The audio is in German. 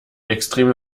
extreme